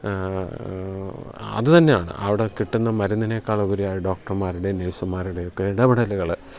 അതു തന്നെയാണ് അവിടെ കിട്ടുന്ന മരുന്നിനേക്കാൾ ഉപരിയായി ഡോക്ടർമാരുടെയും നേഴ്സുമാരുടെയുമൊക്കെ ഇടപെടലുകൾ